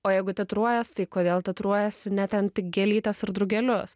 o jeigu tatuiruojies tai kodėl tatuiruojiesi ne ten gėlytes ar drugelius